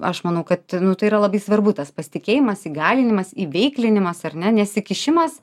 aš manau kad nu tai yra labai svarbu tas pasitikėjimas įgalinimas įveiklinimas ar ne nesikišimas